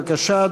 בבקשה,